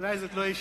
אולי לא ישיבה.